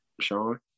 Sean